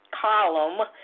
column